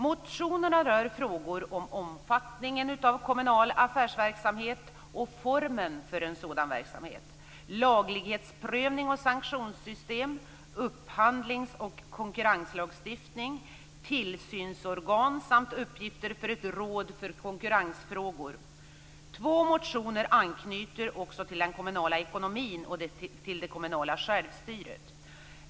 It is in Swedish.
Motionerna rör frågor om omfattningen av kommunal affärsverksamhet och formen för en sådan verksamhet, laglighetsprövning och sanktionssystem, upphandlings och konkurrenslagstiftning, tillsynsorgan samt uppgifter för ett råd för konkurrensfrågor. Två motioner anknyter också till den kommunala ekonomin och till det kommunala självstyret.